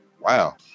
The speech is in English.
Wow